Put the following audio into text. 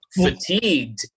fatigued